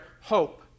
hope